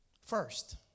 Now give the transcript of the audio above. First